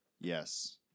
Yes